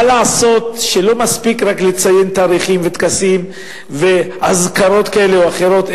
מה לעשות שלא מספיק רק לציין תאריכים וטקסים ואזכרות כאלה ואחרות,